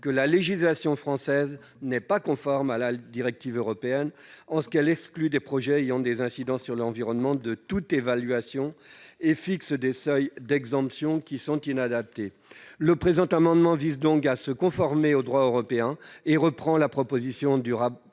que la législation française n'est pas conforme à la directive européenne en ce qu'elle exclut des projets ayant des incidences sur l'environnement de toute évaluation et fixe des seuils d'exemption inadaptés. Le présent amendement vise donc à se conformer au droit européen et reprend la proposition du